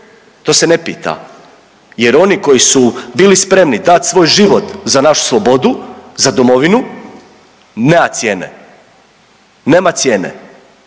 to se ne pita jer oni koji su bili spremni dat svoj život za našu slobodu, za domovinu, nema cijene, nema cijene,